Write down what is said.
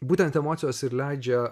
būtent emocijos ir leidžia